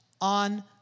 on